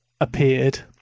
appeared